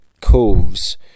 coves